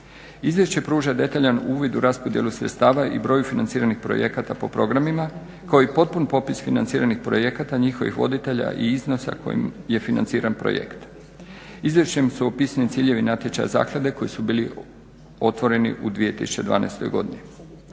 Izvješće pruža detaljan uvid u raspodjelu sredstava i broju financiranih projekta po programima kao i potpun popis financiranih projekta njihovih voditelja i iznosa kojim je financiran projekt. Izvješćem su opisani ciljevi natječaja zaklade koji su bili otvoreni u 2012.godini.